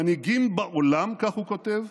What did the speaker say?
מנהיגים בעולם, כך הוא כותב,